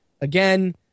Again